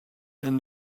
and